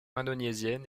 indonésienne